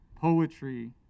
Poetry